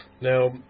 Now